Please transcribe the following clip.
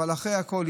אבל אחרי הכול,